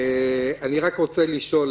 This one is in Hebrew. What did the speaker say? אני רק רוצה לשאול,